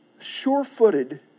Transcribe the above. sure-footed